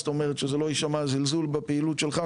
שזה לא יישמע זלזול בפעילות שלך,